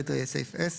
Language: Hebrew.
אז אנחנו בסעיף קטן (ה)